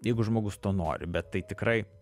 jeigu žmogus to nori bet tai tikrai